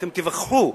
אתם תיווכחו,